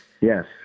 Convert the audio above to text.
Yes